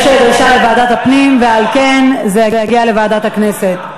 יש דרישה לוועדת הפנים ועל כן זה יגיע לוועדת הכנסת.